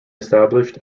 established